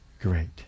great